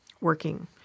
working